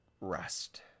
rest